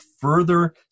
further